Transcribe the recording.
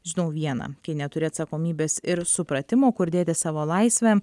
žinau viena kai neturi atsakomybės ir supratimo kur dėti savo laisvę